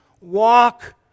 walk